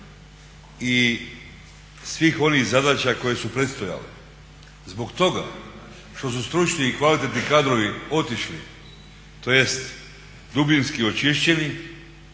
i svih onih zadaća koje su predstojale. Zbog toga što su stručni i kvalitetni kadrovi otišli, tj. dubinski očišćeni